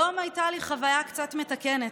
היום הייתה לי חוויה קצת מתקנת.